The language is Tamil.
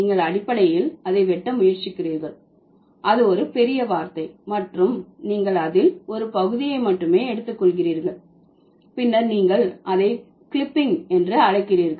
நீங்கள் அடிப்படையில் அதை வெட்ட முயற்சிக்கிறீர்கள் அது ஒரு பெரிய வார்த்தை மற்றும் நீங்கள் அதில் ஒரு பகுதியை மட்டுமே எடுத்துக்கொள்கிறீர்கள் பின்னர் நீங்கள் அதை கிளிப்பிங் என்று அழைக்கிறீர்கள்